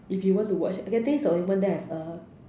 if you want to watch okay this is the only one that I have uh